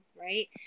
right